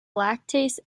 lactase